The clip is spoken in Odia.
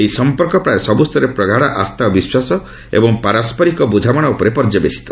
ଏହି ସଂପର୍କ ପ୍ରାୟ ସବୁ ସ୍ତରରେ ପ୍ରଗାଢ଼ ଆସ୍ଥା ଓ ବିଶ୍ୱାସ ଏବଂ ପାରସରିକ ବୁଝାମଣା ଉପରେ ପର୍ଯ୍ୟବସିତ